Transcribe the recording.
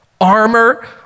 Armor